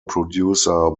producer